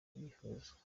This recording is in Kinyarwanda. tubyifuza